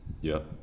yup